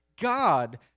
God